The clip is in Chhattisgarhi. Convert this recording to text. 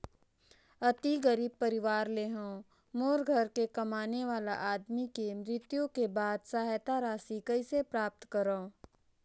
अति गरीब परवार ले हवं मोर घर के कमाने वाला आदमी के मृत्यु के बाद सहायता राशि कइसे प्राप्त करव?